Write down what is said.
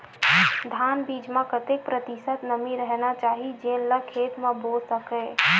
धान बीज म कतेक प्रतिशत नमी रहना चाही जेन ला खेत म बो सके?